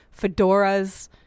fedoras